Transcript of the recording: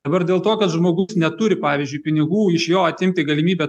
dabar dėl to kad žmogus neturi pavyzdžiui pinigų iš jo atimti galimybę